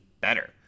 better